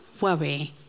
worry